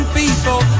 people